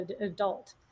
adult